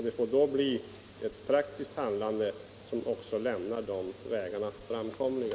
Det får då bli ett praktiskt handlande som lämnar de vägarna framkomliga.